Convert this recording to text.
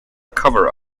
cover